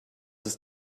ist